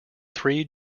three